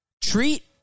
Treat